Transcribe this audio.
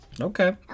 okay